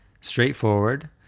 straightforward